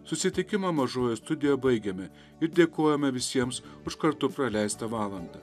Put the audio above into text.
susitikimą mažojoje studijoje baigėme ir dėkojame visiems už kartu praleistą valandą